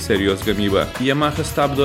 serijos gamybą yamaha stabdo